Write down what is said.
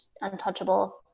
untouchable